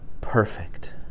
perfect